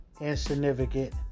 insignificant